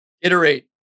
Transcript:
Iterate